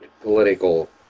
political